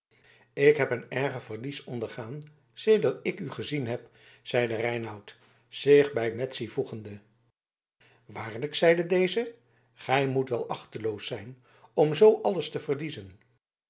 ik heb een erger verlies ondergaan sedert ik u gezien heb zeide reinout zich bij madzy voegende waarlijk zeide deze gij moet wel achteloos zijn om zoo alles te verliezen